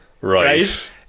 Right